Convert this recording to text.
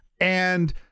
And-